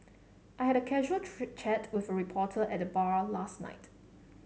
I had a casual chat with a reporter at the bar last night